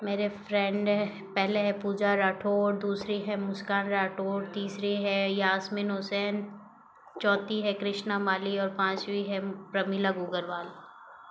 मेरे फ्रेंड हैं पहले है पूजा राठौर दूसरी है मुस्कान राठौर तीसरी है यासमीन हुसैन चौथी है कृष्णा माली और पाँचवी है प्रमिला गूगलवाल